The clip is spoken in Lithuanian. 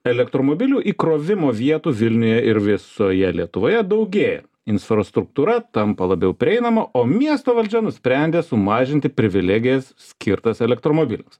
elektromobilių įkrovimo vietų vilniuje ir visoje lietuvoje daugėja infrastuktūra tampa labiau prieinama o miesto valdžia nusprendė sumažinti privilegijas skirtas elektromobiliams